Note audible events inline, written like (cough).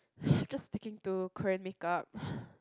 (breath) just sticking to Korean make up